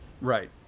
Right